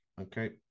okay